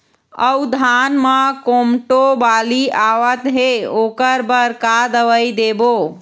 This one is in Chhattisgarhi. अऊ धान म कोमटो बाली आवत हे ओकर बर का दवई देबो?